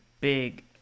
big